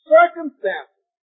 Circumstances